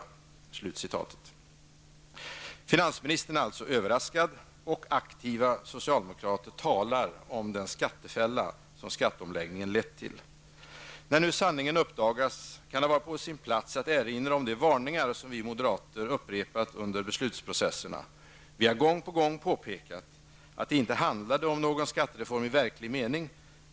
Finansministern är alltså överraskad, och aktiva socialdemokrater talar om den ''skattefälla'' som skatteomläggningen lett till. När nu sanningen uppdagas kan det vara på sin plats att erinra om de varningar som vi moderater upprepat under beslutsprocesserna. Vi har gång på gång påpekat att det inte handlade om någon skattereform i verklig mening.